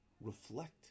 reflect